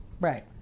Right